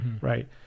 Right